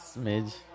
Smidge